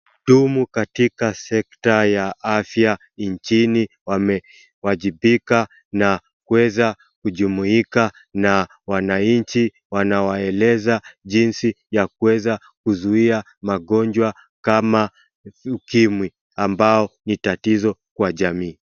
Wahudumu katika sekta ya afya nchini wamewajibika na kuweza kujumuika na wananchi, wanawaeleza jinsi ya kuweza kuzuia magonjwa kama ukimwi, ambao ni tatizo kwa jamii.